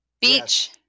Beach